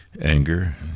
Anger